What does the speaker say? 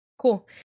cool